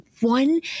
one